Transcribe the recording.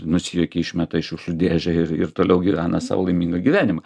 nusijuokia išmeta į šiukšlių dėžę ir ir toliau gyvena sau laimingą gyvenimą